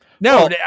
no